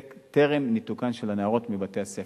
טרם ניתוקן של הנערות מבית-הספר.